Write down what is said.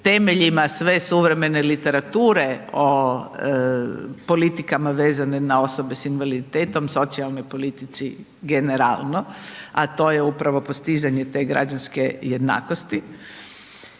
sve suvremene literature o politikama vezane na osobe s invaliditetom, socijalnoj politici generalno, a to je upravo postizanje te građanske jednakosti.